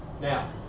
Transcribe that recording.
Now